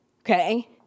Okay